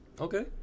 Okay